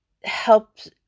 helps